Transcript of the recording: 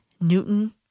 Newton